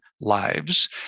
lives